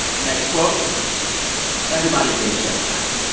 next quote everybody's been shut down.